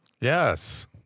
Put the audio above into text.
Yes